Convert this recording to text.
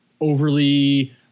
overly